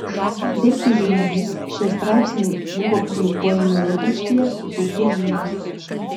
delfi žiniomis šie straipsniai buvo publikuojami laikraštyje dzūkų žinios